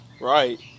Right